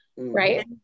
Right